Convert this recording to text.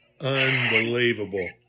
Unbelievable